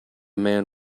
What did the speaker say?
man